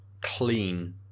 clean